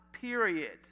period